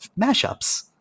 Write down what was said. mashups